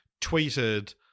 tweeted